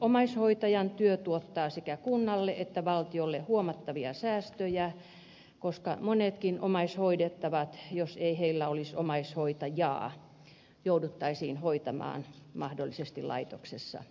omaishoitajan työ tuottaa sekä kunnalle että valtiolle huomattavia säästöjä koska monetkin omaishoidettavat jos ei heillä olisi omaishoitajaa jouduttaisiin hoitamaan mahdollisesti laitoksessa